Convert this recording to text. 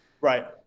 Right